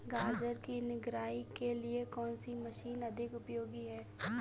गाजर की निराई के लिए कौन सी मशीन अधिक उपयोगी है?